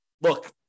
look